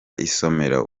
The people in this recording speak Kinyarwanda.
isomero